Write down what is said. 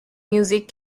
music